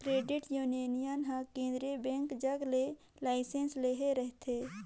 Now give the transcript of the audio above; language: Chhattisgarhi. क्रेडिट यूनियन हर केंद्रीय बेंक जग ले लाइसेंस लेहे रहथे